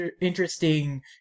interesting